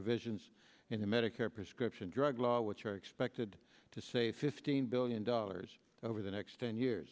provisions in the medicare prescription drug law which are expected to say fifteen billion dollars over the next ten years